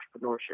entrepreneurship